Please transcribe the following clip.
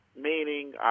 meaning